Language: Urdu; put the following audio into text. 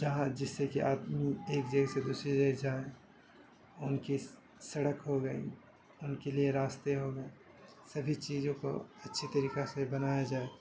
جہاں جس سے کہ آپ ایک جگہ سے دوسری جگہ جائیں ان کی سڑک ہوگئی ان کے لیے راستے ہوگئے سبھی چیزوں کو اچھے طریقہ سے بنایا جائے